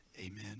Amen